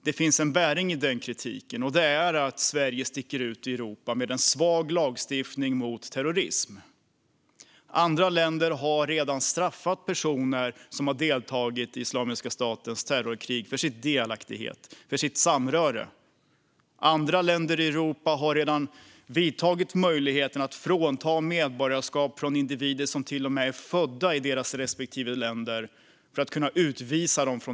Det finns en bäring i den kritiken, nämligen att Sverige sticker ut i Europa med en svag lagstiftning mot terrorism. Andra länder har redan straffat personer för delaktighet i och samröre med Islamiska statens terrorkrig. Andra länder i Europa har redan använt möjligheten att frånta medborgarskap från individer som till och med är födda i respektive länder för att kunna utvisa dem.